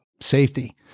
safety